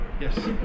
Yes